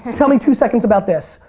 tell me two seconds about this.